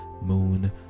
moon